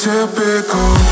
Typical